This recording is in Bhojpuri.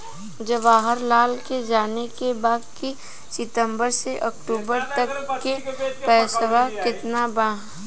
जवाहिर लाल के जाने के बा की सितंबर से अक्टूबर तक के पेसवा कितना बा?